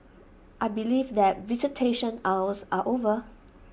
I believe that visitation hours are over